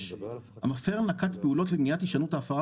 3. המפר נקט פעולות למניעת הישנות ההפרה